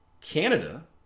Canada